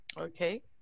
Okay